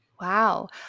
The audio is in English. Wow